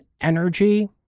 energy